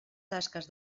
tasques